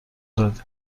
دادیم